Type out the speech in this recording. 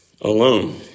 alone